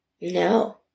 No